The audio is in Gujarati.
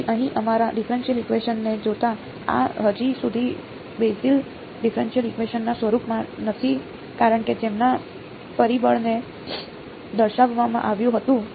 તેથી અહીં અમારા ડિફરેનશીયલ ઇકવેશન ને જોતા આ હજી સુધી બેસેલના ડિફરેનશીયલ ઇકવેશન ના સ્વરૂપમાં નથી કારણ કે જેમના પરિબળને દર્શાવવામાં આવ્યું હતું